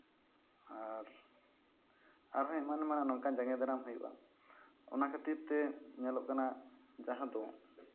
ᱟᱨ ᱟᱨᱦᱚᱸ ᱮᱢᱟᱱ ᱮᱢᱟᱱ ᱱᱚᱝᱠᱟᱱ ᱡᱟᱸᱜᱮ ᱫᱟᱨᱟᱢ ᱦᱩᱭᱩᱜᱼᱟ ᱚᱱᱟ ᱠᱷᱟᱹᱛᱤᱨ ᱛᱮ ᱧᱮᱞᱚᱜ ᱠᱟᱱᱟ ᱡᱟᱦᱟᱸ ᱫᱚ